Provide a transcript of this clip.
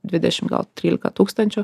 dvidešim gal trylika tūkstančių